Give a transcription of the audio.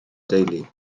deulu